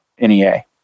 NEA